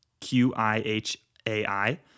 Q-I-H-A-I